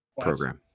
program